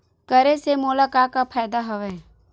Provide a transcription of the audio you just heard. करे से मोला का का फ़ायदा हवय?